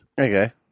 Okay